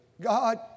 God